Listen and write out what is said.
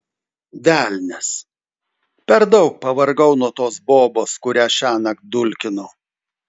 velnias per daug pavargau nuo tos bobos kurią šiąnakt dulkinau